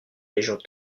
régions